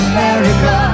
America